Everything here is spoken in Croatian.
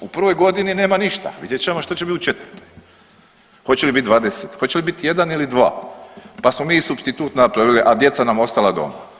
U prvoj godini nema ništa, vidjet ćemo što će biti u 4, hoće li biti 20, hoće li biti 1 ili 2, pa smo mi i supstitut napravili, a djeca nam ostala doma.